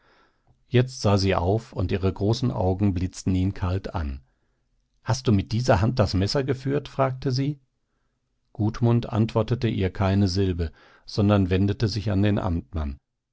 jetzt sah sie auf und ihre großen augen blitzten ihn kalt an hast du mit dieser hand das messer geführt fragte sie gudmund antwortete ihr keine silbe sondern wendete sich an den amtmann